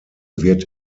wird